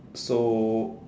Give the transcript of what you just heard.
so